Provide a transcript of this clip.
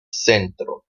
centro